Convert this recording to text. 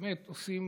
עושים